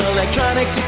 Electronic